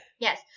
Yes